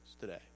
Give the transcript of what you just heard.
today